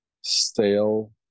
stale